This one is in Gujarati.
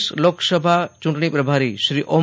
પ્રદેશ લોકસભા યુંટણી પ્રભારી શ્રી ઓમ